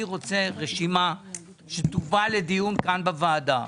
אני רוצה רשימה שתובא לדיון כאן בוועדה,